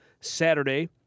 Saturday